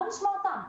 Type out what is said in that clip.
בואו נשמע אותם.